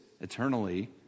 eternally